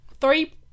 Three